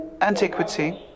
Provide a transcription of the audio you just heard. antiquity